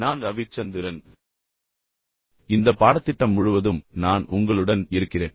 நான் ரவிச்சந்திரன் இந்த பாடத்திட்டம் முழுவதும் நான் உங்களுடன் இருக்கிறேன்